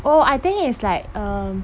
oh I think it's like um